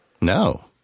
No